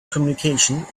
communication